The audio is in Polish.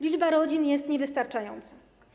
Liczba rodzin jest niewystarczająca.